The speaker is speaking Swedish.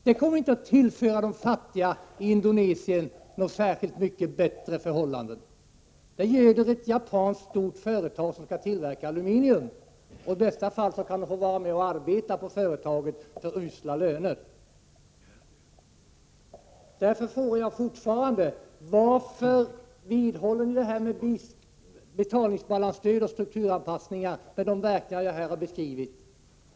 Dessa pengar kommer inte att skapa särskilt mycket bättre förhållanden för de fattiga i Indonesien. De göder ett japanskt stort företag som skall tillverka aluminium. I bästa fall kan de fattiga få vara med och arbeta i företaget till usla löner. Jag frågar därför fortfarande varför ni accepterar betalningsbalansstöd och strukturanpassningar, som har de verkningar jag här har beskrivit.